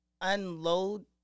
unload